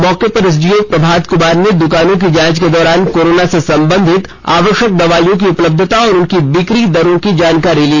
मौके पर एसडीओ प्रभात कुमार ने दुकानों की जांच के दौरान कोरोना से संबधित आवश्यक दवाईयों की उपलब्धता और उनके बिक्री दरों की जानकारी ली